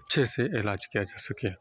اچھے سے علاج کیا جا سکے